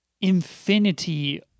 infinity